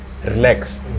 Relax